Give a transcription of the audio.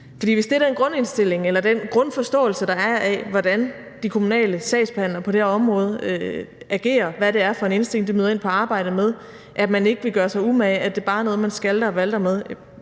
hvis det er grundindstillingen eller den grundforståelse, der er af, hvordan de kommunale sagsbehandlere på det her område agerer, og at det er den indstilling, de møder ind på arbejde med, nemlig at man ikke gør sig umage, og at det bare er noget, man skalter og valter med,